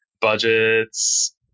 budgets